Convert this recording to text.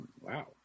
Wow